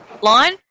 line